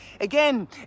Again